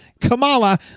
Kamala